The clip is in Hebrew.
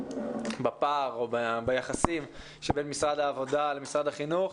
בפער או ביחסים שבין משרד העבודה למשרד החינוך,